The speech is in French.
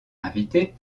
invité